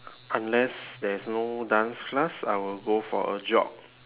unless there is no dance class I will go for a jog